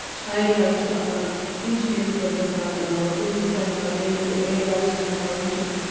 ideas چھُ آسان تِم چھِ تٔمِس منٛز گژھان تِم چھِ سُہ ہیٚکان نٔے نٔے ایڈیاز چھُ سُہ ہیٚکان وُچھِتھ